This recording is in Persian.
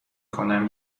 کنم